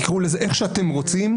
תקראו לזה איך שאתם רוצים,